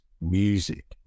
music